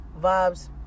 vibes